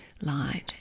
light